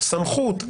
סמכות,